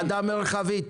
ועדה מרחבית.